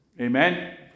Amen